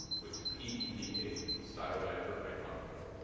which is p e p eight, the style guide for python code.